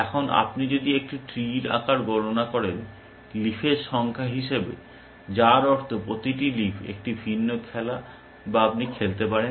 এখন আপনি যদি একটি ট্রি র আকার গণনা করেন লিফের সংখ্যা হিসাবে যার অর্থ প্রতিটি লিফ একটি ভিন্ন খেলা যা আপনি খেলতে পারেন